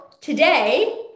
today